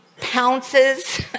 pounces